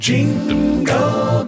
Jingle